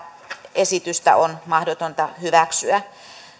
esitystä on mahdotonta hyväksyä